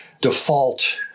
default